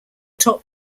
top